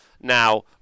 Now